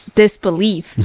disbelief